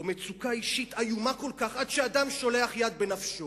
או מצוקה אישית איומה כל כך עד שאדם שולח יד בנפשו?